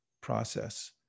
process